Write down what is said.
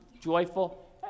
joyful